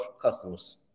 customers